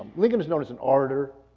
lincoln was known as an orator.